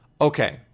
okay